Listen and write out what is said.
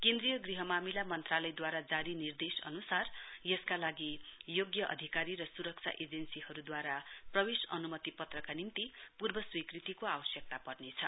केन्द्रीय गृह मामिला मन्त्रालयद्वारा जारी निर्देश अनुसार यसका लागि योग्य अधिकारी र सुरक्षा एजेन्सीहरूद्वारा प्रवेश अनुमति पत्रका निम्ति पूर्व स्वीकृतिको आवश्यकता पर्नेछ